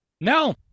No